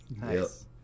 Nice